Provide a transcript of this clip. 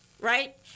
right